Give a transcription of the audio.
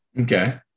Okay